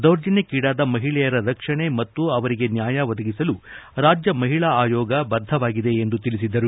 ದೌರ್ಜನ್ಯಕ್ಕೀಡಾದ ಮಹಿಳೆಯರ ರಕ್ಷಣೆ ಮತ್ತು ಅವರಿಗೆ ನ್ಯಾಯ ಒದಗಿಸಲು ರಾಜ್ಯ ಮಹಿಳಾ ಆಯೋಗ ಬದ್ದವಾಗಿದೆ ಎಂದು ತಿಳಿಸಿದರು